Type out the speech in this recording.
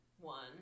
one